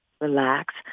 relax